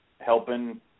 helping